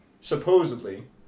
Supposedly